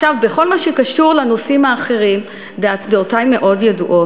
בכל מה שקשור לנושאים האחרים דעותי מאוד ידועות.